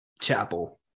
Chapel